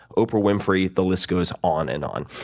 oprah winfrey the list goes on and on.